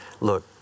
Look